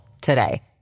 today